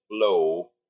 flow